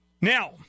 now